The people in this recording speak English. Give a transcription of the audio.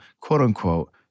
quote-unquote